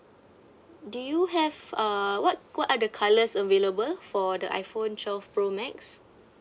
do you have uh what what are the colours available for the iphone twelve pro max